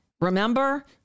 remember